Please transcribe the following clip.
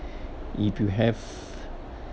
if you have